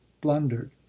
blundered